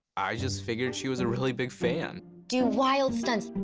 i just figured she was a really big fan. do wild stunts.